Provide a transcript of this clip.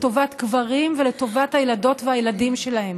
לטובת גברים ולטובת הילדות והילדים שלהם,